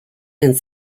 and